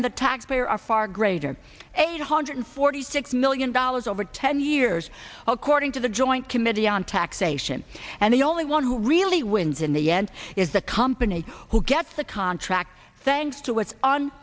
and the taxpayer are far greater eight hundred forty six million dollars over ten years according to the joint committee on taxation and the only one who really wins in the end is the company who gets the contract thanks to its on